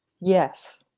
Yes